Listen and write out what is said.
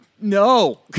no